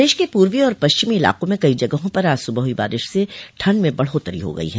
प्रदेश के पूर्वी और पश्चिमी इलाकों में कई जगहों पर आज सुबह हुई बारिश से ठंड में बढ़ात्तरी हो गई है